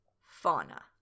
fauna